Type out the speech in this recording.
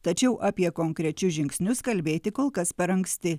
tačiau apie konkrečius žingsnius kalbėti kol kas per anksti